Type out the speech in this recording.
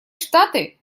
штаты